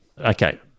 Okay